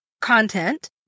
content